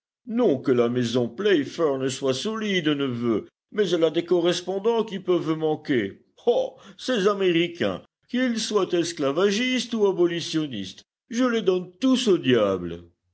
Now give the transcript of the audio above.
non que la maison playfair ne soit solide neveu mais elle a des correspondants qui peuvent manquer ah ces américains qu'ils soient esclavagistes ou abolitionnistes je les donne tous au diable